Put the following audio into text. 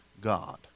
God